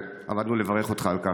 ועמדנו לברך אותך על כך,